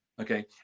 okay